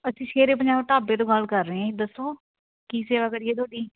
ਅਸੀਂ ਸ਼ੇਰੇ ਪੰਜਾਬ ਢਾਬੇ ਤੋਂ ਗੱਲ ਕਰ ਰਹੇ ਹਾਂ ਜੀ ਦੱਸੋ ਕੀ ਸੇਵਾ ਕਰੀਏ ਤੁਹਾਡੀ